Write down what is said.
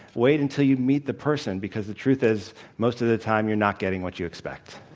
wait until you meet the person, because the truth is, most of the time, you're not getting what you expect.